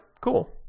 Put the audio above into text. cool